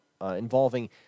involving